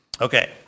Okay